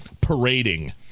parading